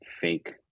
fake